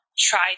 Try